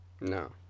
No